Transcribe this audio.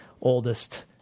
oldest